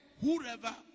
whoever